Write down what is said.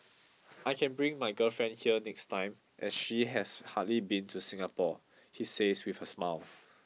I can bring my girlfriend here next time as she has hardly been to Singapore he says with a smile